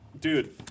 Dude